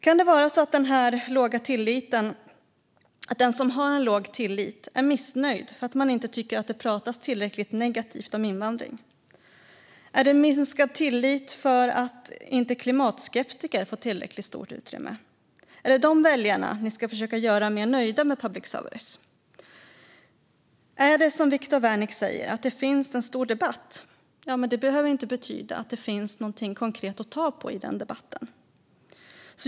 Kan det vara så att den som har låg tillit är missnöjd för att man inte tycker det pratas tillräckligt negativt om invandring? Är det minskad tillit för att klimatskeptiker inte får tillräckligt stort utrymme? Är det de väljarna ni ska försöka göra mer nöjda med public service? Är det så som Viktor Wärnick säger att det finns en stor debatt? Det behöver inte betyda att det finns något konkret att ta på i den debatten.